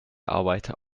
arbeiter